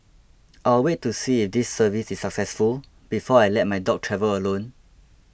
I'll wait to see if this service is successful before I let my dog travel alone